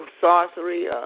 sorcery